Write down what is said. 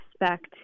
expect